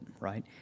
right